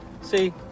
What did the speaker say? See